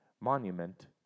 monument